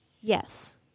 Yes